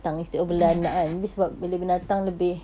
mm mm